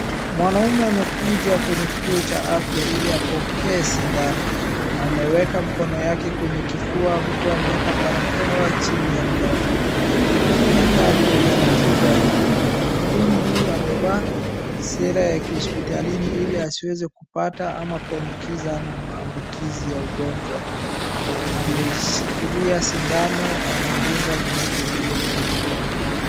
Mwanaume amekuja kwenye kituo cha afya ili apokee sindano, ameeka mkono yake kwenye kifua huku ameeka barakoa chini ya mdomo anakaa kwa utaratibu akidungwa. Mhudumu amevaa sera ya hospitalini ili asiweze kupata au kuambukizana maambukizi ya ugonjwa ,ameshikilia sindano anamdunga mgonjwa huyo kwenye mkono